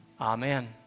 Amen